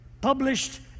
published